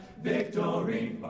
victory